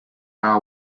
our